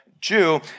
Jew